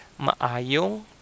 Maayong